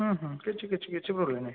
ହୁଁ ହୁଁ କିଛି କିଛି କିଛି ପ୍ରୋବ୍ଲେମ୍ ନାହିଁ